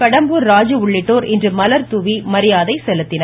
கடம்பூர் ராஜு உள்ளிட்டோர் இன்று மலர்தூவி மரியாதை செலுத்தினர்